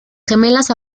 gemelas